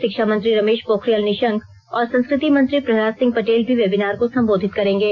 शिक्षा मंत्री रमेश पोखरियाल निशंक और संस्कृति मंत्री प्रहलाद सिंह पटेल भी वेबिनार को संबोधित करेंगे